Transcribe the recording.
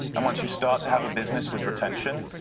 and once you start to have a business with retention.